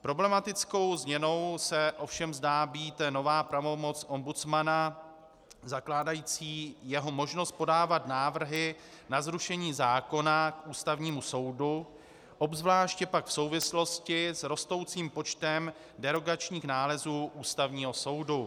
Problematickou změnou se ovšem zdá být nová pravomoc ombudsmana zakládající jeho možnost podávat návrhy na zrušení zákona k Ústavnímu soudu, obzvláště pak v souvislosti s rostoucím počtem derogačních nálezů Ústavního soudu.